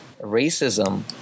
racism